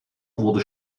wurde